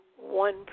one